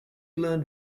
learned